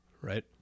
right